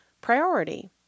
priority